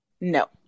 No